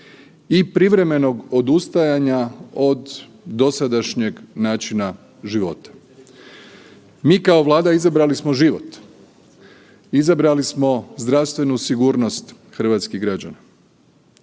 i privremenog odustajanja od dosadašnjeg načina života. Mi kao Vlada izabrali smo život, izabrali smo zdravstvenu sigurnost hrvatskih građana.